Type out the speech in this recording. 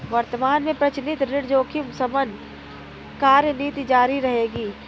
वर्तमान में प्रचलित ऋण जोखिम शमन कार्यनीति जारी रहेगी